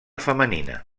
femenina